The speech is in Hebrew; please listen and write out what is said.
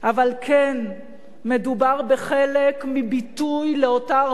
אבל כן מדובר בחלק מביטוי לאותה ערבות